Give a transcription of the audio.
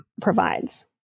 provides